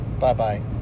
Bye-bye